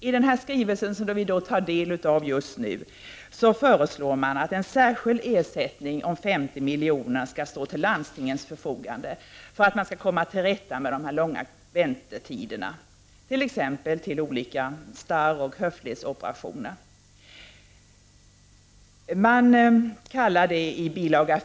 I den skrivelse som vi just nu behandlar föreslås att en särskild ersättning om 50 milj.kr. skall ställas till landstingens förfogande för att man skall komma till rätta med de långa väntetiderna t.ex. till starroch höftledsoperationer. Detta kallas i bil.